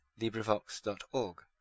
LibriVox.org